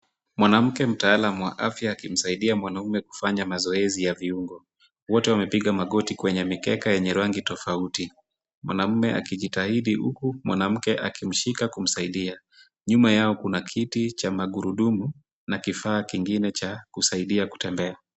Mwanamke mtaalam wa afya akimsaidia mwanaume kufanya mazoezi ya viungo. Wote wamepiga magoti kwenye mikeka yenye rangi tofauti. Mwanaume akijitahidi huku mwanamke akimshika kumsaidia. Nyuma yao kuna kiti cha magurudumu na kifaa kingine cha kusaidia kutembea.